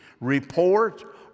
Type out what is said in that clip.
report